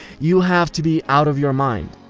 you have to be out of your mind!